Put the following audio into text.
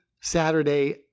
Saturday